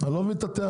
אני לא מבין את הטענה.